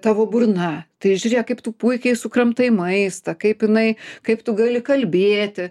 tavo burna tai žiūrėk kaip tu puikiai sukramtai maistą kaip jinai kaip tu gali kalbėti